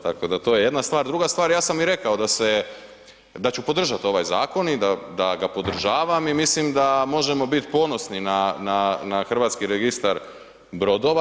Tako da to je jedna stvar, druga stvar ja sam i rekao da se, da ću podržati ovaj zakon i da ga podržavam i mislim da možemo biti ponosni na Hrvatski registar brodova.